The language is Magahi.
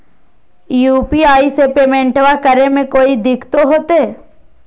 यू.पी.आई से पेमेंटबा करे मे कोइ दिकतो होते?